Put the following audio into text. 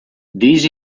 these